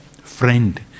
friend